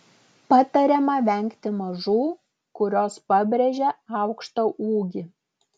patariama vengti mažų kurios pabrėžia aukštą ūgį